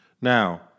Now